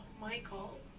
Michael